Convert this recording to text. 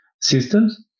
systems